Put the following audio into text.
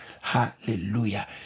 hallelujah